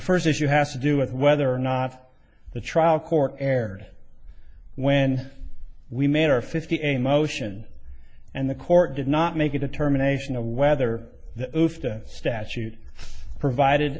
first issue has to do with whether or not the trial court erred when we made our fifty a motion and the court did not make a determination of whether the statute provided